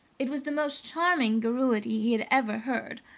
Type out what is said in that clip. it was the most charming garrulity he had ever heard.